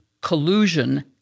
collusion